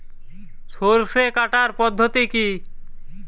সরষে কাটার পদ্ধতি কি?